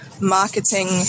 marketing